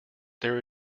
there